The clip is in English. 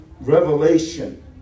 revelation